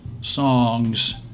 songs